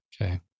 Okay